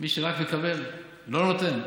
ומי שרק מקבל ולא נותן,